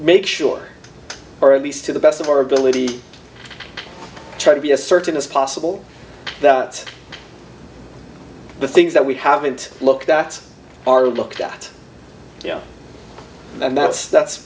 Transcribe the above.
make sure or at least to the best of our ability to try to be a certain as possible that the things that we haven't looked at are looked at you know and that's that's